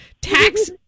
tax